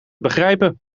begrijpen